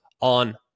on